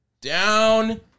down